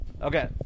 Okay